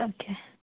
okay